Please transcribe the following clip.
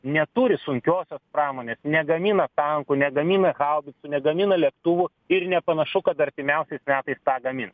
neturi sunkiosios pramonės negamina tankų negamina haubicų negamina lėktuvų ir nepanašu kad artimiausiais metais ta gamins